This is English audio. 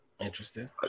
Interesting